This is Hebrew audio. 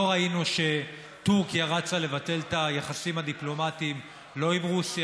לא ראינו שטורקיה רצה לבטל את היחסים הדיפלומטיים לא עם רוסיה,